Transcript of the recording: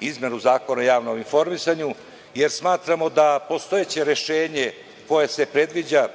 izmenu Zakona o javnom informisanju, jer smatramo da postojeće rešenje koje se predviđa